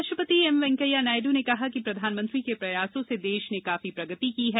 उपराष्ट्रपति एम वेंकैया नायडू ने कहा कि प्रधानमंत्री के प्रयासों से देश ने काफी प्रगति की है